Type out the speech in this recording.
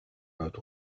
wrote